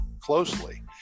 closely